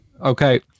Okay